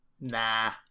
Nah